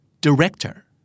Director